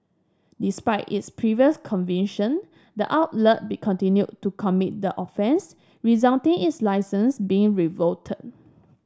despite its previous conviction the outlet be continued to commit the offence resulting in its licence being revoked